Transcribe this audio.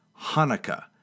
Hanukkah